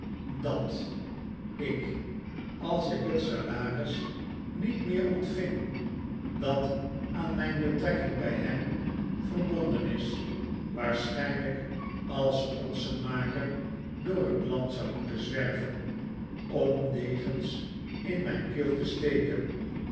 dat ik als ik het salaris niet vergeefsche pogingen om punch te maken meer ontving dat aan mijn betrekking bij hem verbonden is waarschijnlijk als potsenmaker door het land zou moeten zwerven om degens in mijn keel te steken